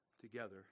together